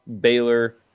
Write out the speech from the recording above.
Baylor